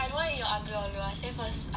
I don't want eat your aglio olio I say first